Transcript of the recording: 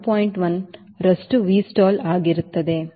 1 ಪಟ್ಟು Vstall ಆಗಿರುತ್ತದೆ